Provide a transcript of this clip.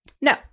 No